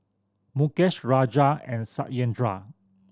Mukesh Raja and Satyendra